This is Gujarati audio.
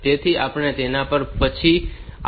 તેથી આપણે તેના પર પછીથી આવીશું